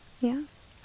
yes